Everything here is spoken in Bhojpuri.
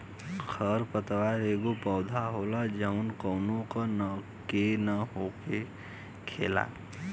खर पतवार एगो पौधा होला जवन कौनो का के न हो खेला